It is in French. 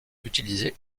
utilisées